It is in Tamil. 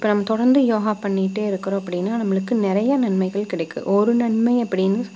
இப்போ நம்ம தொடர்ந்து யோகா பண்ணிட்டே இருக்கிறோம் அப்படின்னா நம்மளுக்கு நிறையா நன்மைகள் கிடைக்கும் ஒரு நன்மை அப்படின்னு